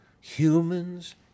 humans